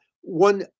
one